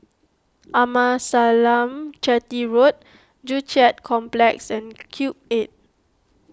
Amasalam Chetty Road Joo Chiat Complex and Cube eight